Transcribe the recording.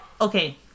okay